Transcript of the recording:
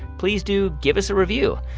please do give us a review.